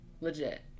legit